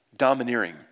domineering